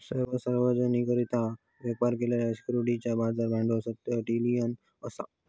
सर्व सार्वजनिकरित्या व्यापार केलेल्या सिक्युरिटीजचा बाजार भांडवल सात ट्रिलियन असा